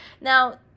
Now